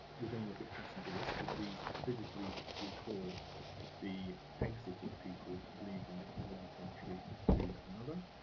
we're going to look at passenger lists because these physically record the exit of people leaving one country to another.